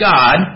God